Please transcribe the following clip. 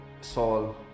Saul